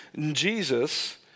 Jesus